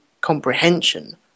comprehension